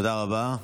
תודה רבה.